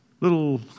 Little